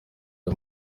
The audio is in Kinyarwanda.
aya